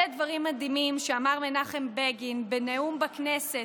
אלה דברים מדהימים שאמר מנחם בגין בנאום בכנסת,